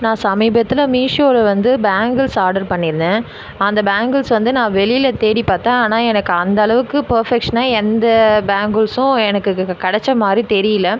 நான் சமீபத்திள் மீஷோவில் வந்து பேங்கிள்ஸ் ஆர்டர் பண்ணிருந்தேன் அந்த பேங்கிள்ஸ் வந்து நான் வெளியில் தேடிப் பார்த்தேன் ஆனால் எனக்கு அந்த அளவுக்கு பர்ஃபக்க்ஷனாக எந்த பேங்கிள்ஸும் எனக்கு க க கிடச்ச மாதிரி தெரியல